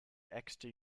exeter